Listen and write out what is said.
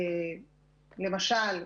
למשל.